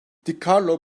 dicarlo